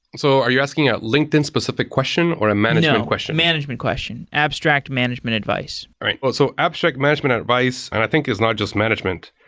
so are you asking a linkedin specific question or a management question? no, management question. abstract management advice. right. but so abstract management advice, and i think it's not just management,